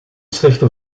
slechte